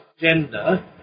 gender